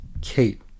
Kate